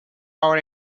our